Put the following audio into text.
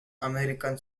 american